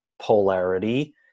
polarity